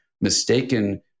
mistaken